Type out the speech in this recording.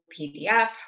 PDF